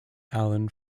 allen